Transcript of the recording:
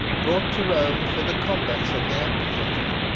brought to rome for the combats of the amphitheatre.